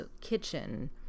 kitchen